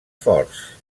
forts